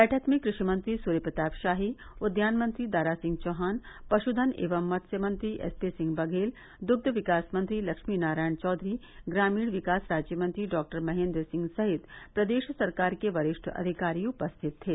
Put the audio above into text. बैठक में कृषि मंत्री सूर्यप्रताप शाही उद्यान मंत्री दारा सिंह चौहान पश्धन एवं मत्स्य मंत्री एसपीसिंह बधेल दुग्ध विकास मंत्री लक्ष्मी नारायण चौधरी ग्रामीण विकास राज्य मंत्री डॉक्टर महेन्द्र सिंह सहित प्रदेश सरकार के वरिष्ठ अधिकारी उपस्थित थे